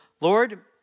Lord